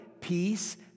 peace